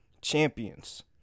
champions